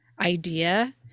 idea